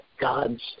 God's